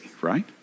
right